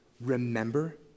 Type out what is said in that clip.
remember